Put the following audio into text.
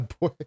Boy